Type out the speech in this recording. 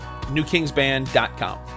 NewKingsBand.com